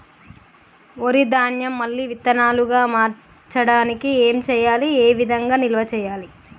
వరి ధాన్యము మళ్ళీ విత్తనాలు గా మార్చడానికి ఏం చేయాలి ఏ విధంగా నిల్వ చేయాలి?